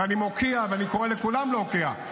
ואני מוקיע, ואני קורא לכולם להוקיע.